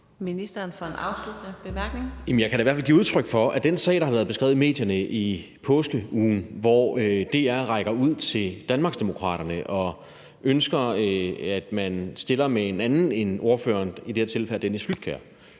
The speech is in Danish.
Jamen jeg kan da i hvert fald give udtryk for, at i forhold til den sag, der har været beskrevet i medierne i påskeugen, hvor DR rækker ud til Danmarksdemokraterne og ønsker, at man stiller med en anden end ordføreren, i det her tilfælde hr. Dennis Flydtkjær,